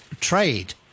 trade